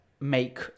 make